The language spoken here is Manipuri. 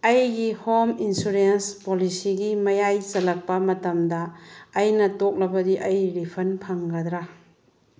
ꯑꯩꯒꯤ ꯍꯣꯝ ꯏꯟꯁꯨꯔꯦꯟꯁ ꯄꯣꯂꯤꯁꯤꯒꯤ ꯃꯌꯥꯏ ꯆꯜꯂꯛꯄ ꯃꯇꯝꯗ ꯑꯩꯅ ꯇꯣꯛꯂꯕꯗꯤ ꯑꯩ ꯔꯤꯐꯟ ꯐꯪꯒꯗ꯭ꯔꯥ